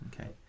Okay